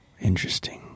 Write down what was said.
Interesting